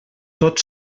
tot